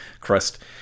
crust